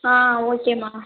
ஆ ஓகேம்மா